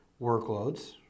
workloads